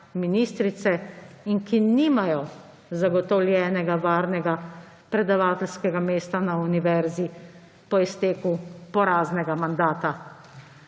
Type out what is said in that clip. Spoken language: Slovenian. ministrice in ki nimajo zagotovljenega varnega predavateljskega mesta na univerzi po izteku poraznega mandata.